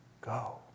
go